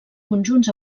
conjunts